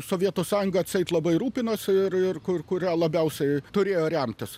sovietų sąjungą atseit labai rūpinosi ir ir kur kuria labiausiai turėjo remtis